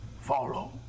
Follow